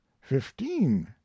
fifteen